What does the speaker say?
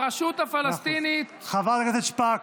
הרשות הפלסטינית, חברת הכנסת שפק,